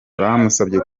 bamusabye